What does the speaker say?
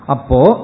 Apo